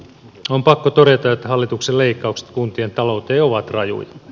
on pakko todeta että hallituksen leikkaukset kuntien talouteen ovat rajuja